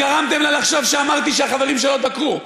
אתם גרמתם לה לחשוב שאמרתי שהחברים שלו דקרו.